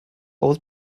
aus